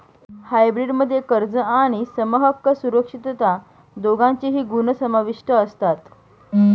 hybrid मध्ये कर्ज आणि समहक्क सुरक्षितता दोघांचेही गुण समाविष्ट असतात